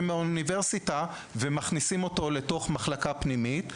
מהאוניברסיטה ומכניסים אותו לתוך מחלקה פנימית.